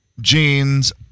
jeans